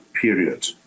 period